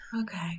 Okay